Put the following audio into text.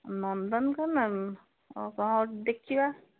ନନ୍ଦନକାନନ ଦେଖିବା